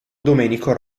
domenico